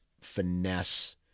finesse